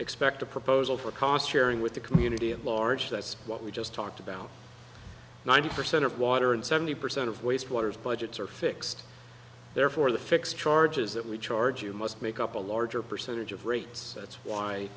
expect a proposal for cost sharing with the community at large that's what we just talked about ninety percent of water and seventy percent of waste water is budgets are fixed therefore the fixed charges that we charge you must make up a larger percentage of rates that's why